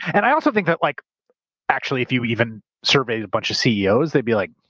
and i also think that, like actually if you even surveyed a bunch of ceos, they'd be like,